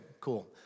cool